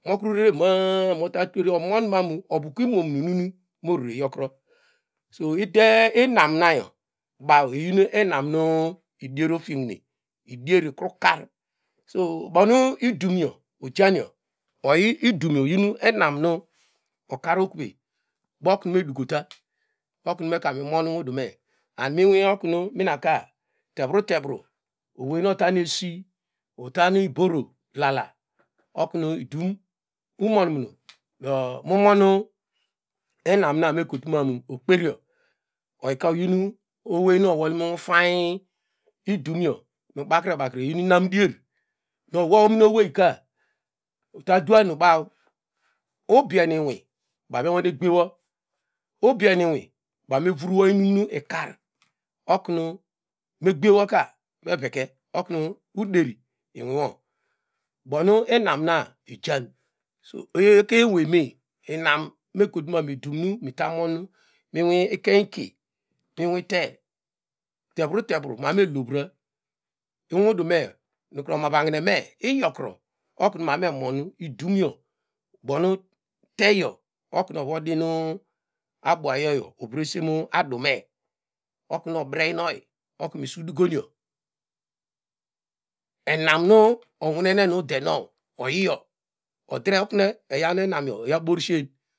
Okurere ma- a mota tula omon ma mu ovu ka imo nu nu mo rere yokuro so ude inam nanayo baw eyinu ina m nu idier ofiekine, idier ukar so. bonu idum ojaniyo oyi idumyo oyin enam nu okar oku wey boku nu me dukota bo ku nu meka mi mon unwudume and mi okunu minaka tevuru tevuru owey nu otanesi otan iboro wala oku nu idum umoumunu do mu monu enam na nu me kotu mamu okperyo oyika oyi nu owey nu owol mu ufany idumyo bakre bakre eyinu inam dier do wo ominowey ka uta duan nu ba ubieme inwy do baw me nwane gbiye, ubieme inwy ba me vuruwo inum ikar okunu megbiye woka meveke okunu uderi inwiwo bo nu inamna ijan. Ekeiy ewe me inam me kotu mamu idum mita mon mu ekeiny iki mi inwi the tevuru tevuru me abome elovra unwudume nu kuru omavahineme iyikuro, oku nu me abo ku nu emon iduyo teyo okunu ovodin abuyo teyo okunu ovodin abuayoyo ovresen mu adume okunu obreynoyi oku nu mi sidukonyo enam nu onwuneney ude nowoyiyo me dre okunu eya borsien.